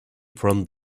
from